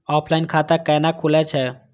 Offline खाता कैना खुलै छै?